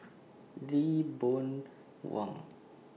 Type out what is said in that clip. Lee Boon Wang